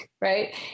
right